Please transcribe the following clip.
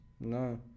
No